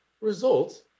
results